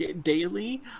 daily